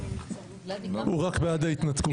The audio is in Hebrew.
הוא רק בעד ההתנתקות.